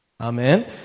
Amen